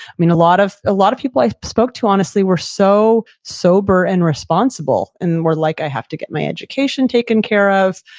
lot of lot of people i spoke to honestly were so sober and responsible and were like i have to get my education taken care of.